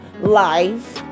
life